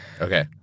Okay